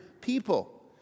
people